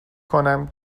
کنم